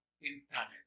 internet